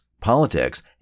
politics